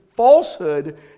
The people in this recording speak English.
falsehood